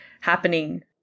happening